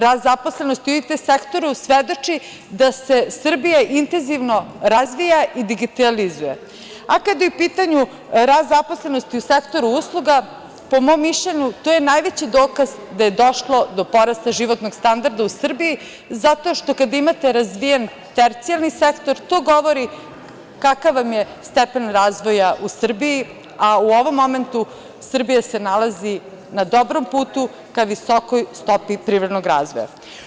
Rast zaposlenosti u IT sektoru svedoči da se Srbija intenzivno razvija i digitalizuje, a kada je u pitanju rast zaposlenosti u sektoru usluga, po mom mišljenju, to je najveći dokaz da je došlo do porasta životnog standarda u Srbiji zato što, kada imate razvijen tercijalni sektor, to govori kakav vam je stepen razvoja u Srbiji, a u ovom momentu Srbija se nalazi na dobrom putu, ka visokoj stopi privrednog razvoja.